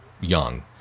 young